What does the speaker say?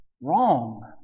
Wrong